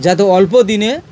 যাতে অল্প দিনে